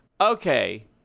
Okay